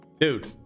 Dude